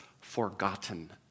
forgotten